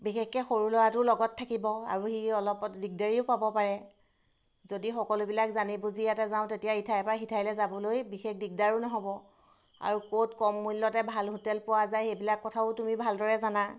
বিশেষকৈ সৰু ল'ৰাটো লগত থাকিব আৰু সি অলপত দিগদাৰীও পাব পাৰে যদি সকলোবিলাক জানি বুজি ইয়াতে যাওঁ তেতিয়া ইঠাইৰ পৰা সিঠাইলৈ যাবলৈ বিশেষ দিগদাৰো নহ'ব আৰু ক'ত কম মূল্যতে ভাল হোটেল পোৱা যায় সেইবিলাক কথাও তুমি ভালদৰে জানা